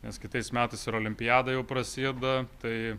nes kitais metais ir olimpiada jau prasideda tai